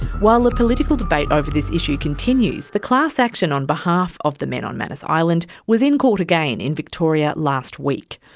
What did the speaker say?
while the political debate over this issue continues, the class action on behalf of the men on manus island was in court again in victoria last week.